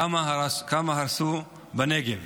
כמה הרסו בנגב.